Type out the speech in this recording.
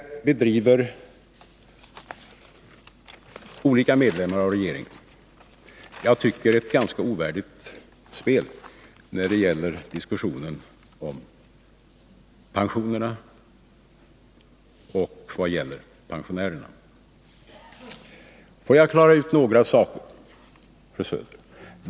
Olika medlemmar av regeringen bedriver ett som jag tycker ganska ovärdigt spel i diskussionen om pensionerna och när det gäller pensionärerna. Jag vill klara ut några saker här, fru Söder.